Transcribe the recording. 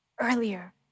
earlier